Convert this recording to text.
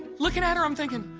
looking at her, i'm thinking,